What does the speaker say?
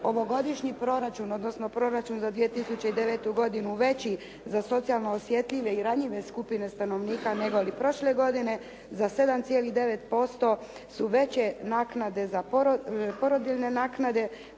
ovogodišnji proračun, odnosno proračun za 2009. godinu veći za socijalno osjetljive i ranjive skupine stanovnika negoli prošle godine. Za 7,9% su veće naknade za, porodiljne naknade.